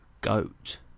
goat